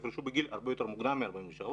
יפרשו בגיל הרבה יותר מוקדם מ-43,